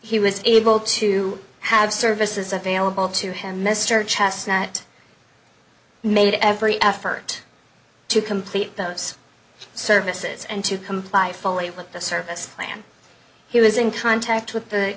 he was able to have services available to him mr chestnut made every effort to complete those services and to comply fully with the service plan he was in contact with the